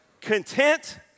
Content